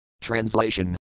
Translation